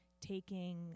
taking